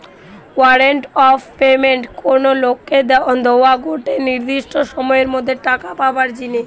warrant of payment কোনো লোককে দোয়া গটে নির্দিষ্ট সময়ের মধ্যে টাকা পাবার জিনে